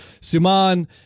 Suman